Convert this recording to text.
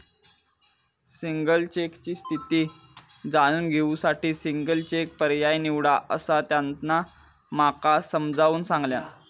single चेकची स्थिती जाणून घेऊ साठी सिंगल चेक पर्याय निवडा, असा त्यांना माका समजाऊन सांगल्यान